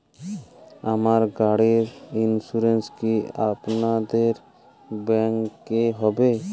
আমার গাড়ির ইন্সুরেন্স কি আপনাদের ব্যাংক এ হবে?